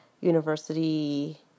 university